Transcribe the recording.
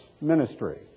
ministry